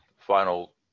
Final